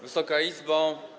Wysoka Izbo!